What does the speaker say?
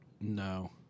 No